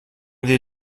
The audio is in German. dir